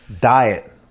diet